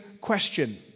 question